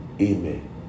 amen